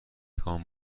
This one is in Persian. گام